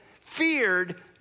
feared